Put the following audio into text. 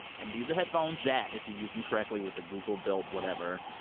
and these are headphones that if you use them correctly with the google-built whatever,